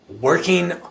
working